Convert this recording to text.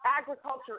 agriculture